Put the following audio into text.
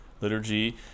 Liturgy